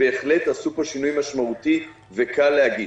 שבהחלט עשו פה שינוי משמעותי וקל להגיש.